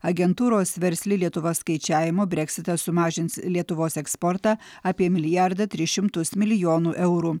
agentūros versli lietuva skaičiavimu brexitas sumažins lietuvos eksportą apie milijardą tris šimtus milijonų eurų